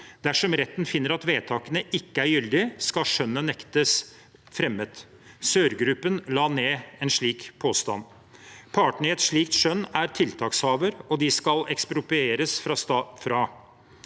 Dersom retten finner at vedtakene ikke er gyldige, skal skjønnet nektes fremmet. Sør-gruppen la ned slik påstand. Partene i et slikt skjønn er tiltakshaver og de det skal eksproprieres fra. Staten